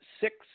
six